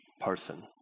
person